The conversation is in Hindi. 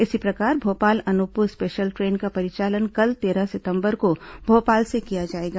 इसी प्रकार भोपाल अनूपपुर स्पेशल ट्रेन का परिचालन कल तेरह सितंबर को भोपाल से किया जाएगा